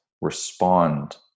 respond